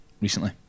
Recently